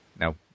No